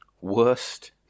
Worst